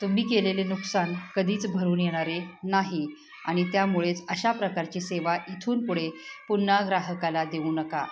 तुम्ही केलेले नुकसान कधीच भरून येणारे नाही आणि त्यामुळेच अशा प्रकारची सेवा इथून पुढे पुन्हा ग्राहकाला देऊ नका